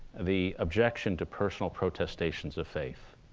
the objection to personal protestations of faith.